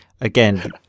Again